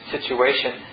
situation